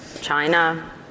China